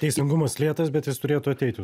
teisingumas lėtas bet jis turėtų ateiti